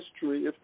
history